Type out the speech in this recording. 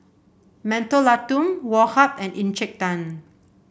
Mentholatum Woh Hup and Encik Tan